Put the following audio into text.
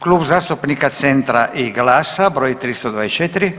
Klub zastupnika Centra i Glasa broj 324.